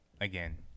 again